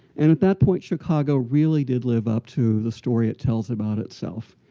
and at that point, chicago really did live up to the story it tells about itself.